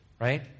right